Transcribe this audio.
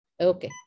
Okay